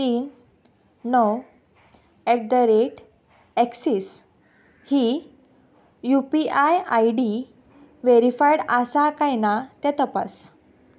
तीन णव at the rate Axis ही U P I I D verified आसा काय ना तें तपास